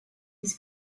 his